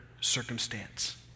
circumstance